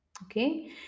okay